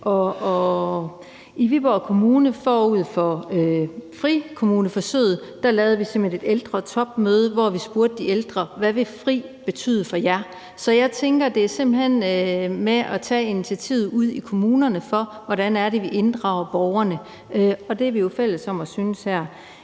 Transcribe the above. I Viborg Kommune lavede vi forud for frikommuneforsøget et ældretopmøde, hvor vi spurgte de ældre: Hvad vil »fri« betyde for jer? Så jeg tænker, at det er noget med at tage initiativet ude i kommunerne, i forhold til hvordan vi inddrager borgerne, og det er vi jo fælles om at synes her.